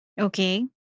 Okay